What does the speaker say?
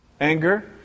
Anger